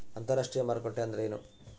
ಅಂತರಾಷ್ಟ್ರೇಯ ಮಾರುಕಟ್ಟೆ ಎಂದರೇನು?